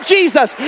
Jesus